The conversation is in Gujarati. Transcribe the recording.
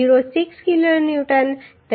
06 કિલો ન્યૂટન તરીકે મળી